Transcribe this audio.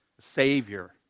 savior